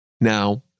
Now